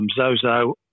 Zozo